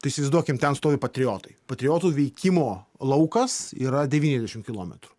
tai įsivaizduokim ten stovi patriotai patriotų veikimo laukas yra devyniašim kilometrų